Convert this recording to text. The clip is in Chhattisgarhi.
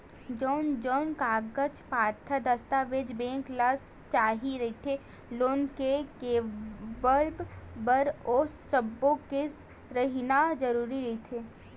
जउन जउन कागज पतर दस्ताबेज बेंक ल चाही रहिथे लोन के लेवब बर ओ सब्बो के रहिना जरुरी रहिथे